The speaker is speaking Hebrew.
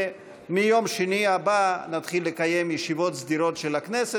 ומיום שני הבא נתחיל לקיים ישיבות סדירות של הכנסת,